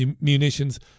munitions